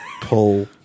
pull